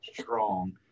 strong